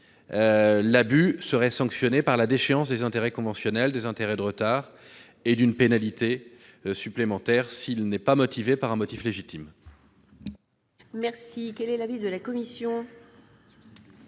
l'abus serait « sanctionné par la déchéance des intérêts conventionnels, des intérêts de retard et de toute autre pénalité s'il n'est pas motivé par un motif légitime.